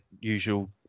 usual